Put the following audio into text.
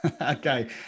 okay